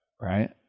Right